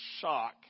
shock